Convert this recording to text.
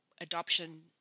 adoption